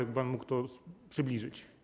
Jakby pan mógł to przybliżyć.